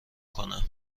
کنم